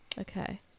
Okay